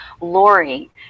Lori